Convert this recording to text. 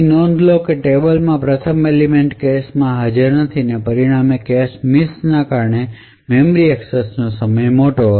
નોંધ લો કે ટેબલમાં પ્રથમ એલિમેંટ કેશમાં હાજર નથી અને પરિણામે કેશ મિસને કારણે મેમરી એક્સેસનો સમય મોટો હશે